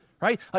right